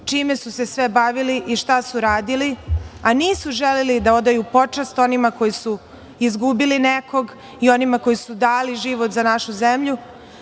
čime su se sve bavili i šta su radili, a nisu želeli da odaju počast onima koji su izgubili nekog i onima koji su dali život za našu zemlju,